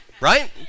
right